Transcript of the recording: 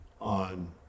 on